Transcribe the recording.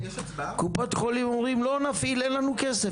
קופות חולים אומרים: לא נפעיל, אין לנו כסף.